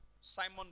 Simon